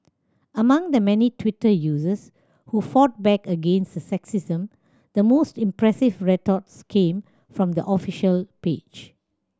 among the many Twitter users who fought back against the sexism the most impressive retorts came from the official page